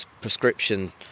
prescription